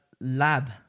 lab